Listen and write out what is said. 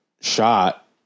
shot